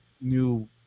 new